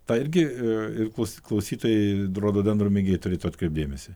tą irgi ir klaus klausytojai rododendrų mėgėjai turėtų atkreipt dėmesį